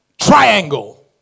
triangle